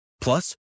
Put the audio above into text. Plus